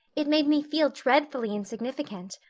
it made me feel dreadfully insignificant.